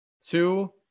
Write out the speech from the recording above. two